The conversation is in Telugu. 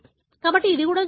కాబట్టి ఇది కూడా జరగవచ్చు